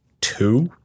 two